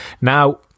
Now